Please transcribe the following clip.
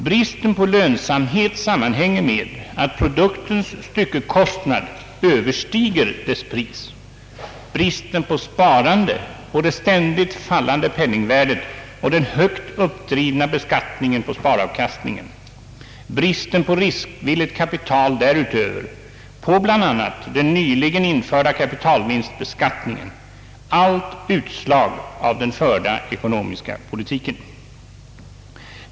Bristen på lönsamhet sammanhänger med att produktens styckekostnad överstiger dess pris, bristen på sparande på det ständigt fallande penningvärdet och den högt uppdrivna beskattningen på sparavkastningen, bristen på riskvilligt kapital därutöver på bl.a. den nyligen införda kapitalvinstbeskattningen — allt detta är utslag av den förda ekonomiska politiken.